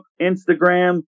Instagram